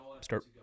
start